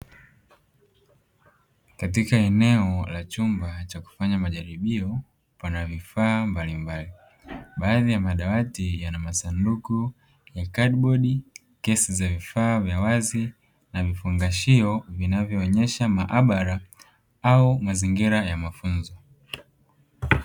Katika eneo la chumba cha kufanya majaribio kuna vifaa mbalimbali. Baadhi ya madawati yana masanduku ya "card body" , "case" za vifaa vya wazi na vifungashio vinavyoonyesha maabara au mazingira ya mafunzo.